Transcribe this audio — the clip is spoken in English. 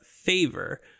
favor